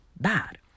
bad